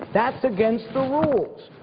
that's against the rules.